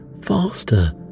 faster